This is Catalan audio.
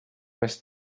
més